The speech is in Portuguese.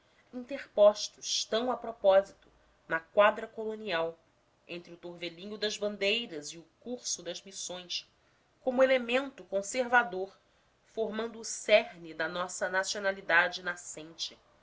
interpostos tão a propósito na quadra colonial entre o torvelinho das bandeiras e o curso das missões como elemento conservador formando o cerne da nossa nacionalidade nascente